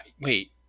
wait